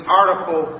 article